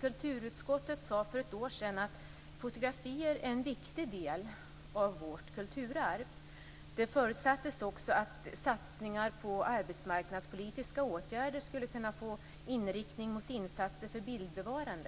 Kulturutskottet sade för ett år sedan att fotografier är en viktig del av vårt kulturarv. Det förutsattes också att "satsningar på arbetsmarknadspolitiska åtgärder skulle kunna få inriktning mot insatser för bildbevarande".